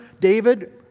David